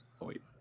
Wait